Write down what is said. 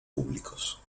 públicos